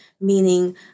meaning